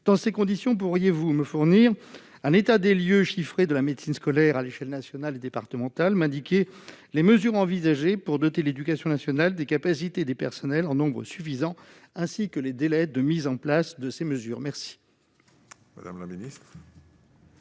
la secrétaire d'État, pourriez-vous me fournir un état des lieux chiffré de la médecine scolaire, à l'échelle nationale et départementale, m'indiquer les mesures envisagées pour doter l'éducation nationale des capacités et des personnels en nombre suffisant ainsi que les délais de mise en place de ces mesures ?